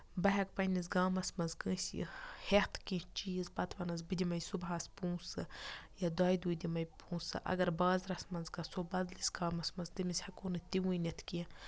بہٕ ہٮ۪کہٕ پَنٕنِس گامس منٛز کٲنسہِ ہیٚتھ کیٚنہہ چیٖز پَتہٕ وَنس بہٕ دِمَے صبُحس پونسہٕ یا دۄیہِ دُۍ دِمَے بہٕ پوںسہٕ اَگر بازرَس منٛز گژھو بدلِس گامَس منٛز تٔمِس ہٮ۪کو نہٕ تہِ ؤنِتھ کیٚنہہ